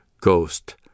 ghost